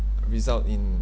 result in